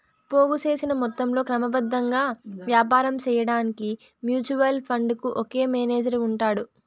పోగు సేసిన మొత్తంలో క్రమబద్ధంగా యాపారం సేయడాన్కి మ్యూచువల్ ఫండుకు ఒక మేనేజరు ఉంటాడు